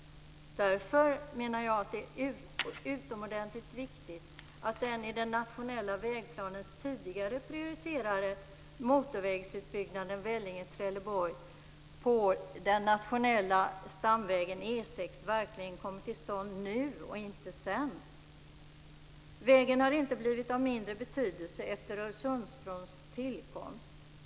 Därför menar jag att det är utomordentligt viktigt att den i den nationella vägplanen tidigare prioriterade motorvägsutbyggnaden Vellinge-Trelleborg på den nationella stamvägen E 6 verkligen kommer till stånd nu och inte sedan. Vägen har inte blivit av mindre betydelse efter Öresundsbrons tillkomst.